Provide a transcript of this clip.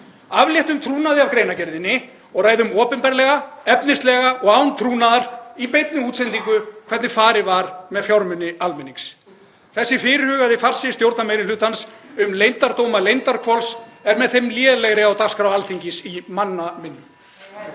Afléttum trúnaði af greinargerðinni og ræðum opinberlega, efnislega og án trúnaðar í beinni útsendingu hvernig farið var með fjármuni almennings. Þessi fyrirhugaði farsi stjórnarmeirihlutans um leyndardóma Leyndarhvols er með þeim lélegri á dagskrá Alþingis í manna minnum.